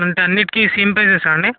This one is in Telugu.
అంటే అన్నింటికి సేమ్ ప్రెస్సా అండి